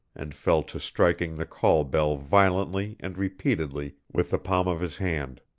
and fell to striking the call-bell violently and repeatedly with the palm of his hand.